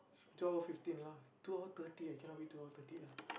twelve fifteen lah twelve thirty cannot be twelve thirty lah